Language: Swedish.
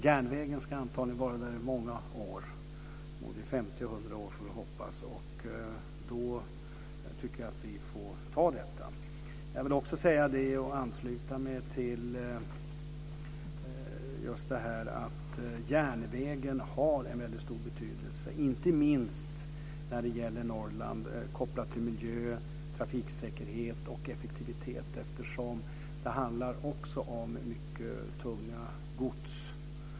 Järnvägen ska antagligen vara där i många år - både 50 och 100 år får vi hoppas. Då tycker jag att vi får ta detta. Jag vill också säga att järnvägen har en väldigt stor betydelse, inte minst i Norrland, när det gäller miljö, trafiksäkerhet och effektivitet. Det handlar om mycket tungt gods.